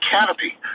Canopy